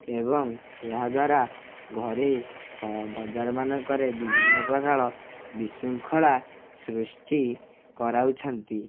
ଏବଂ ଏହାଦ୍ୱାରା ଘରେ ସ ବଜାରମାନଙ୍କରେ ବିଭିନ୍ନ ପ୍ରକାର ବିଶୃଙ୍ଖଳା ସୃଷ୍ଟି କରାଉଛନ୍ତି